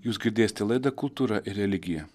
jūs girdėsite laidą kultūra ir religija